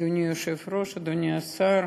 אדוני היושב-ראש, אדוני השר,